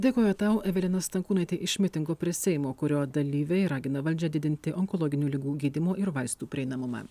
dėkoju tau evelina stankūnaitė iš mitingo prie seimo kurio dalyviai ragina valdžią didinti onkologinių ligų gydymo ir vaistų prieinamumą